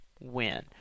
win